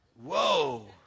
Whoa